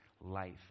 life